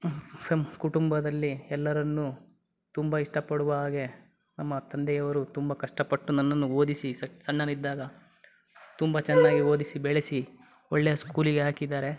ಫೆಮ್ ಕುಟುಂಬದಲ್ಲಿ ಎಲ್ಲರನ್ನೂ ತುಂಬ ಇಷ್ಟಪಡುವ ಹಾಗೆ ನಮ್ಮ ತಂದೆ ಅವರು ತುಂಬ ಕಷ್ಟಪಟ್ಟು ನನ್ನನ್ನು ಓದಿಸಿ ಸ ಸಣ್ಣವನಿದ್ದಾಗ ತುಂಬ ಚೆನ್ನಾಗಿ ಓದಿಸಿ ಬೆಳೆಸಿ ಒಳ್ಳೆಯ ಸ್ಕೂಲಿಗೆ ಹಾಕಿದ್ದಾರೆ